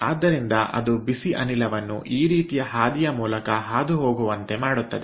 ಆದ್ದರಿಂದ ಅದು ಬಿಸಿ ಅನಿಲವನ್ನು ಈ ರೀತಿಯ ಹಾದಿಯ ಮೂಲಕ ಹಾದುಹೋಗುವಂತೆ ಮಾಡುತ್ತದೆ